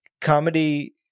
comedy